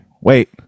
wait